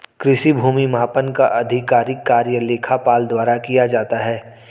कृषि भूमि मापन का आधिकारिक कार्य लेखपाल द्वारा किया जाता है